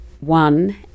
one